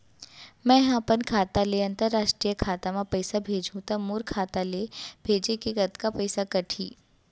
मै ह अपन खाता ले, अंतरराष्ट्रीय खाता मा पइसा भेजहु त मोर खाता ले, भेजे के कतका पइसा कटही?